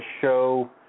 show